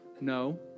No